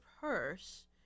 purse